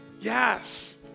yes